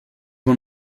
one